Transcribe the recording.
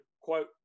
quote